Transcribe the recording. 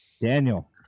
Daniel